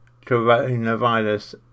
coronavirus